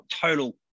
total